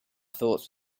thoughts